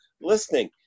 listening